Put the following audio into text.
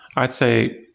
i'd say,